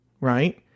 right